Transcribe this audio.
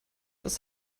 das